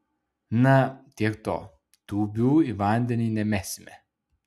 na tiek to tūbių į vandenį nemesime